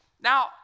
Now